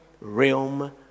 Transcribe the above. realm